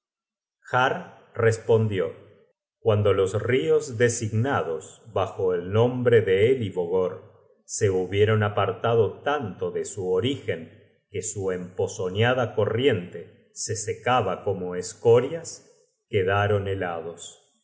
respondió cuando los rios designados bajo el nombre de elivogor se hubieron apartado tanto de su origen que su emponzoñada corriente se secaba como escorias quedaron helados